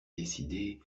décidé